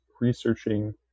researching